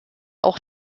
auch